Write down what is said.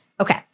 Okay